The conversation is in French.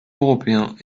européens